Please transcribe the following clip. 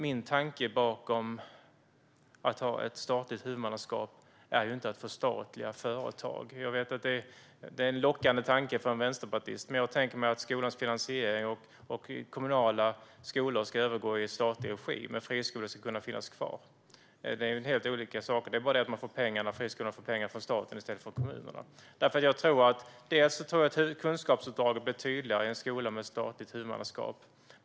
Min tanke bakom ett statligt huvudmannaskap är inte att förstatliga företag. Jag vet att det är en lockande tanke för en vänsterpartist, men jag tänker mig att skolans finansiering och kommunala skolor ska övergå i statlig regi. Friskolor ska kunna finnas kvar. Det där är helt olika saker. Friskolan får dock pengar från staten i stället för från kommunerna. Jag tror nämligen att kunskapsuppdraget blir tydligare i en skola med statligt huvudmannaskap.